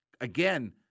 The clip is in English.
again